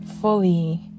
fully